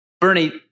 Bernie